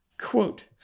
Quote